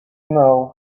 know